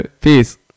Peace